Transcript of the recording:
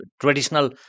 traditional